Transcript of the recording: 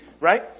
right